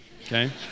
okay